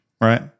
right